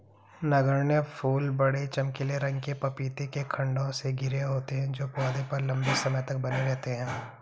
नगण्य फूल बड़े, चमकीले रंग के पपीते के खण्डों से घिरे होते हैं जो पौधे पर लंबे समय तक बने रहते हैं